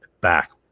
back